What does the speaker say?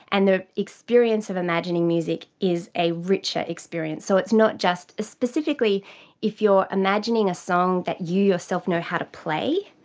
and the experience of imagining music is a richer experience, so it's not just, specifically if you are imagining a song that you yourself know how to play,